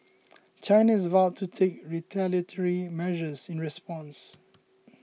China has vowed to take retaliatory measures in response